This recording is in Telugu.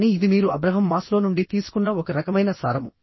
కానీ ఇది మీరు అబ్రహం మాస్లో నుండి తీసుకున్న ఒక రకమైన సారము